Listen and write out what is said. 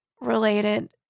related